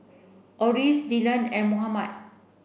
Orris Dillan and Mohammad